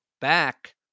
back